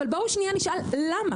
אבל בואו שנייה נשאל למה,